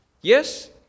Yes